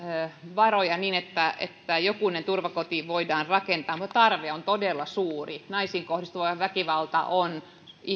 varoja niin että että jokunen turvakoti voidaan rakentaa mutta tarve on todella suuri naisiin kohdistuva väkivalta on